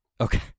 Okay